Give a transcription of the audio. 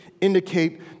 indicate